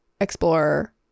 Explorer